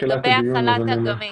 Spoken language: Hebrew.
לגבי החל"ת הגמיש.